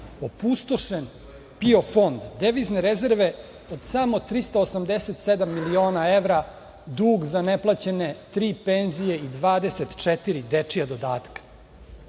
opustošen PIO fond, devizne rezerve od samo 387 miliona evra, dug za neisplaćene tri penzije i 24 dečja dodatka. Kada